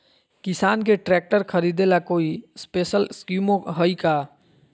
किसान के ट्रैक्टर खरीदे ला कोई स्पेशल स्कीमो हइ का?